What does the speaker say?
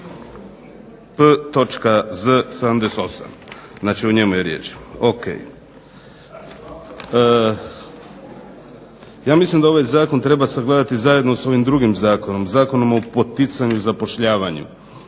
P.Z. 78., znači o njemu je riječ, ok. Ja mislim da ovaj zakon treba sagledati zajedno sa ovim zakonom, Zakonom o poticanju zapošljavanja,